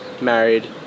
married